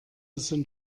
sind